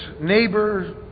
neighbor